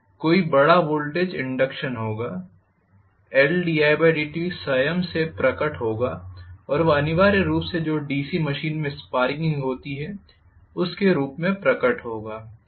कोई बड़ा voltage induction होगा Ldidt स्वयं से प्रकट होगा और वह अनिवार्य रूप से जो डीसी मशीन में स्पार्किंग होती है उसके रूप में प्रकट होगा